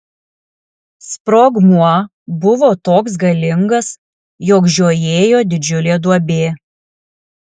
sprogmuo buvo toks galingas jog žiojėjo didžiulė duobė